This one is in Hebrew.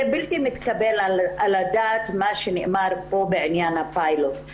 זה לא מתקבל על הדעת מה שנאמר כאן בעניין הפיילוט.